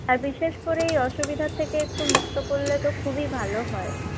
আর বিশেষ করে এই অসুবিধা থেকে একটু মুক্ত করলে তো খুবই ভালো হয়